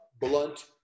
blunt